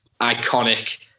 iconic